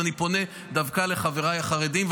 ואני פונה דווקא לחברי החרדים,